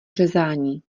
řezání